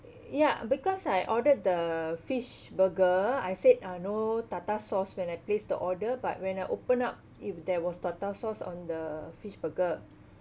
ya because I ordered the fish burger I said uh no tartar sauce when I placed the order but when I open up it there was tartar sauce on the fish burger